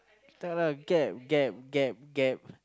talk lah gab gab gab gab